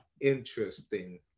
interesting